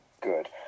Good